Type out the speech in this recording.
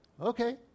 okay